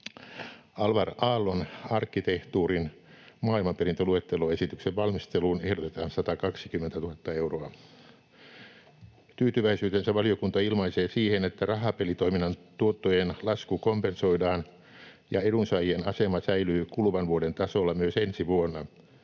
Alvar Aallon arkkitehtuurin maailmanperintöluetteloesityksen valmisteluun ehdotetaan 120 000 euroa. Tyytyväisyytensä valiokunta ilmaisee siihen, että rahapelitoiminnan tuottojen lasku kompensoidaan ja että edunsaajien asema säilyy kuluvan vuoden tasolla myös ensi vuonna.